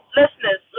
listeners